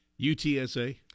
UTSA